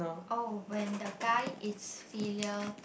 oh when the guy is filial